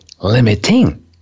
limiting